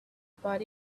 about